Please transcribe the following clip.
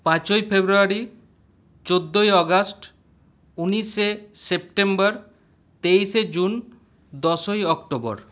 পাঁচই ফেব্রুয়ারি চোদ্দোই আগস্ট উনিশে সেপ্টেম্বর তেইশে জুন দশই অক্টোবর